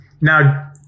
Now